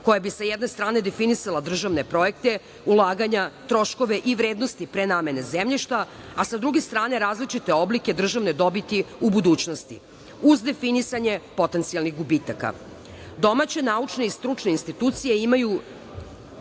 koja bi sa jedne strane definisala državne projekte, ulaganja, troškove i vrednosti prenamene zemljišta, a sa druge strane različite oblike državne dobiti u budućnosti, uz definisanje potencijalnih gubitaka. Domaće naučne i stručne institucije imaju